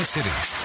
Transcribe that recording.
Cities